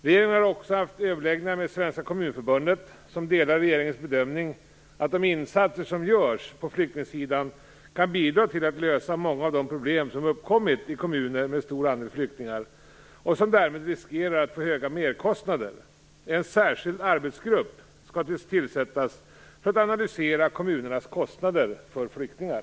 Regeringen har också haft överläggningar med Svenska kommunförbundet som delar regeringens bedömning, att de insatser som görs på flyktingsidan kan bidra till att lösa många av de problem som uppkommit i kommuner med stor andel flyktingar som därmed riskerar att få höga merkostnader. En särskild arbetsgrupp skall tillsättas för att analysera kommunernas kostnader för flyktingar.